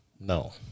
No